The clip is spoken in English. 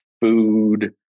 food